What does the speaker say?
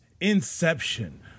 Inception